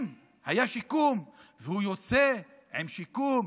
אם היה שיקום והוא יוצא עם שיקום,